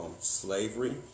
slavery